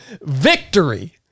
victory